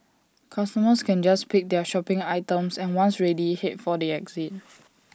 customers can just pick up their shopping items and once ready Head for the exit